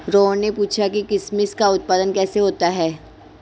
रोहन ने पूछा कि किशमिश का उत्पादन कैसे होता है?